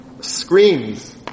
screams